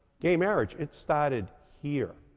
gay marriage, it started here.